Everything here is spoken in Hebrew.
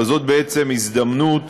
זאת בעצם הזדמנות